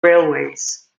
railways